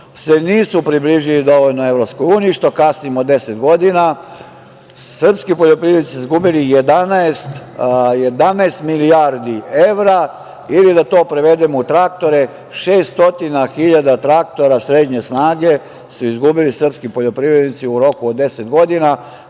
se nisu približili dovoljno EU, što kasnimo 10 godina, srpski poljoprivrednici su izgubili 11 milijardi evra ili, da to prevedem u traktore - 600.000 traktora srednje snage su izgubili srpski poljoprivrednici u roku od 10 godina